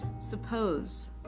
Suppose